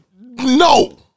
No